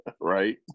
Right